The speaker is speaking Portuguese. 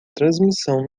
transmissão